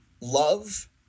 love